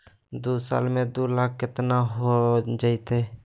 दू साल में दू लाख केतना हो जयते?